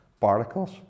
particles